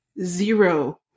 zero